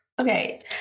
Okay